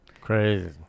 crazy